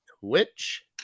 Twitch